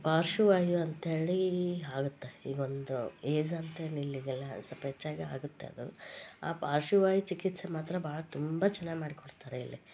ಪಾರ್ಶ್ವವಾಯು ಅಂತೇಳೀ ಆಗುತ್ತೆ ಈಗ ಒಂದು ಏಝ್ ಅಂತೇನಿಲ್ಲ ಈಗೆಲ್ಲ ಸ್ವಲ್ಪ ಹೆಚ್ಚಾಗಿ ಆಗುತ್ತೆ ಅದು ಆ ಪಾರ್ಶ್ವವಾಯು ಚಿಕಿತ್ಸೆ ಮಾತ್ರ ಭಾಳ ತುಂಬ ಚೆನ್ನಾಗ್ ಮಾಡಿಕೊಡ್ತಾರೆ ಇಲ್ಲಿ